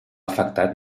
afectat